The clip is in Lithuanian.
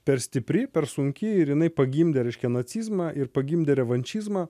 per stipri per sunki ir jinai pagimdė reiškia nacizmą ir pagimdė revanšizmą